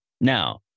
Now